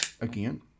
again